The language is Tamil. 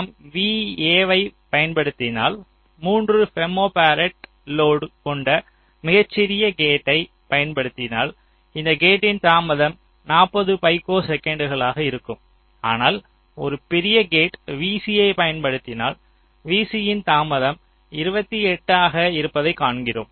நாம் vA யை பயன்படுத்தினால் 3 ஃபெம்டோபரட் லோடு கொண்ட மிகச்சிறிய கேட்யை பயன்படுத்தினால் இந்த கேட்டின் தாமதம் 40 பைக்கோசெகண்டுகளாக இருக்கும் ஆனால் ஒரு பெரிய கேட் vC யை பயன்படுத்தினால் vC யின் தாமதம் 28 ஆக இருப்பதை காண்கிறோம்